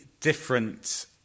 different